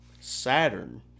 Saturn